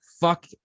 fuck